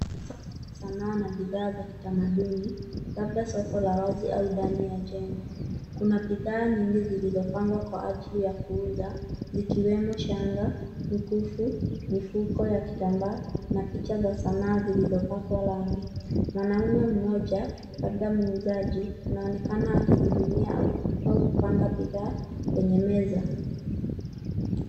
Soko la sanaa na bidhaa za kitamaduni, labda soko la wazi au ndani ya jengo. Kuna bidhaa nyingi zilizopangwa kwa ajili ya kuuza zikiwemo shanga, mikufu, mifuko ya kitambaa na picha za sanaa zilizopakwa rangi. Mwanaume mmoja labda muuzaji anaonekana akihudumia au kupanga bidhaa kwenye meza.